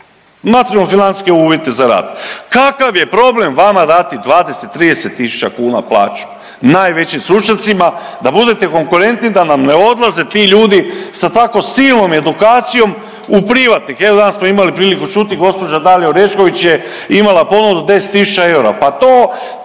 materijalno-financijske uvjete za rad. Kakav je problem vama dati 20, 30 tisuća kuna plaću, najvećim stručnjacima da budete konkurentni, da nam ne odlaze ti ljudi sa tako silnom edukacijom u privatnike. Evo, danas smo imali priliku čuti, gđa. Dalija Orešković je imala ponudu 10 tisuća eura,